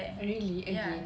really again